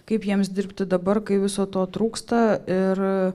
kaip jiems dirbti dabar kai viso to trūksta ir